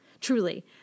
truly